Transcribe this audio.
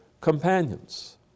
companions